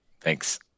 Thanks